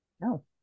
No